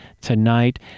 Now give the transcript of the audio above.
tonight